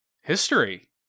history